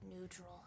neutral